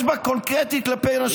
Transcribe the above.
"קלגסים" קראת להם, תתבייש לך.